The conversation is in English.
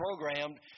programmed